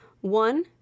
One